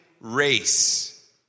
race